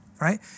Right